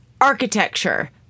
architecture